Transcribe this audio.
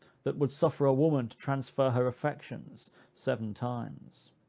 that would suffer a woman to transfer her affections seven times.